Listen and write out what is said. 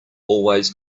always